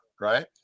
right